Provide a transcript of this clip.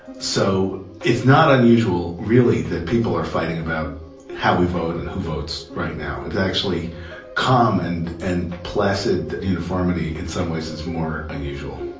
so it's not unusual, really, that people are fighting about how we vote and who votes right now, it's actually calm and and placid uniformity in some ways is more unusual.